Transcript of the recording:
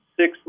six